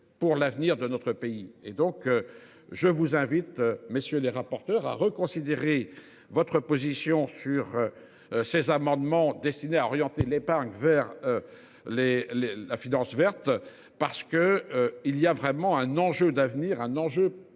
Je vous invite messieurs les rapporteurs à reconsidérer votre position sur. Ces amendements destinés à orienter l'épargne vers. Les les la finance verte parce que il y a vraiment un enjeu d'avenir un enjeu